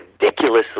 ridiculously